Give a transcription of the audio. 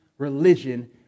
Religion